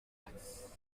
colfax